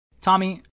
Tommy